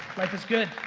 life is good.